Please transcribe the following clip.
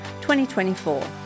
2024